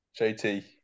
JT